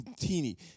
teeny